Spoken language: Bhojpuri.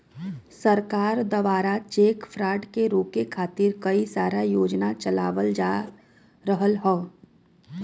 सरकार दवारा चेक फ्रॉड के रोके खातिर कई सारा योजना चलावल जा रहल हौ